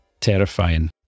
terrifying